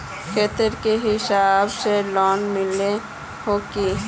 खेत के हिसाब से लोन मिले है की?